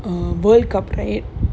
err world cup right